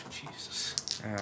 Jesus